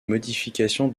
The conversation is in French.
modification